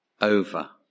over